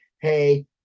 hey